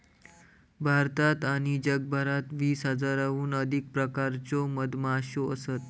भारतात आणि जगभरात वीस हजाराहून अधिक प्रकारच्यो मधमाश्यो असत